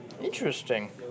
Interesting